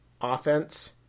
offense